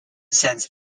sense